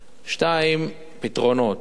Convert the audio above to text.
2. פתרונות.